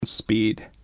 Speed